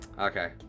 Okay